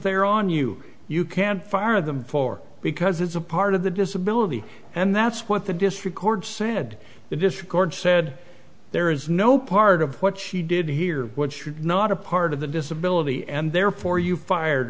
they are on you you can't fire them for because it's a part of the disability and that's what the district court said the dischord said there is no part of what she did here what should not a part of the disability and therefore you fired